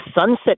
sunset